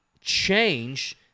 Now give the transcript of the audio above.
change